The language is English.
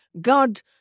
God